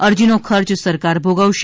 અરજીનો ખર્ચ સરકાર ભોગવશે